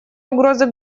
угрозы